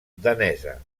danesa